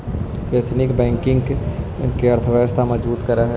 ethical banking देश के अर्थव्यवस्था के मजबूत करऽ हइ